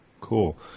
cool